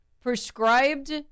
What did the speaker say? prescribed